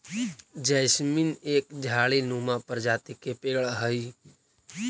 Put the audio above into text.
jasmine एक झाड़ी नुमा प्रजाति के पेड़ हई